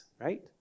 Right